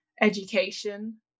education